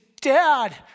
Dad